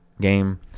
game